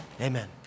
Amen